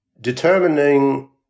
determining